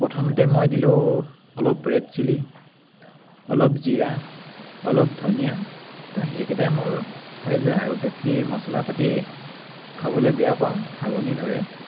প্ৰথমতে মই দিলোঁ অলপ ৰেড চিলি অলপ জিৰা অলপ ধনিয়া তো সেইকেইটাই মোৰ হৈ যায় আৰু বেছি মছলা পাতি খাবলৈ বেয়া পাওঁ হাগনি ধৰে